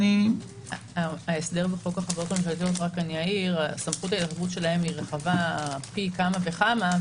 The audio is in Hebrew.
-- הסמכות של חוק החברות היא רחבה פי כמה וכמה.